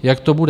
Jak to bude?